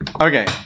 Okay